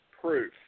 proof